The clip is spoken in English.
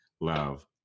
love